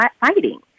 fighting